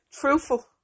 truthful